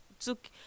took